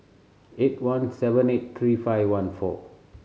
eight one seven eight three five one four